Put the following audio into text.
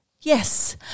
Yes